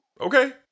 Okay